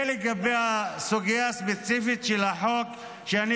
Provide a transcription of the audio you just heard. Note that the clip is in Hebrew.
זה לגבי הסוגיה הספציפית של החוק שאני